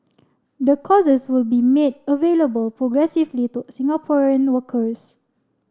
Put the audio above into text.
the courses will be made available progressively to Singaporean workers